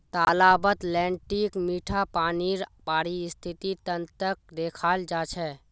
तालाबत लेन्टीक मीठा पानीर पारिस्थितिक तंत्रक देखाल जा छे